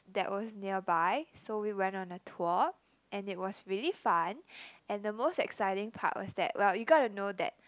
that was nearby so we went on a tour and it was really fun and the most exciting part was that well you gotta know that